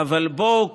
אבל בואו,